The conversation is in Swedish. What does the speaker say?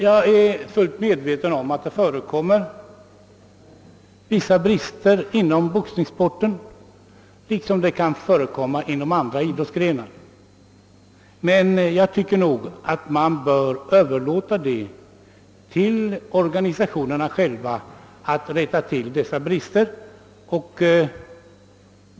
Jag är fullt medveten om att det förekommer vissa brister inom boxningssporten liksom det kan förekomma inom andra idrottsgrenar, men jag tycker nog att man skall överlåta till organisationerna själva att rätta till dessa brister.